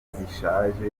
zishaje